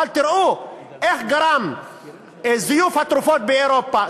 אבל תראו איך גרם זיוף התרופות באירופה,